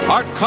Art